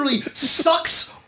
sucks